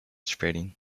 spreading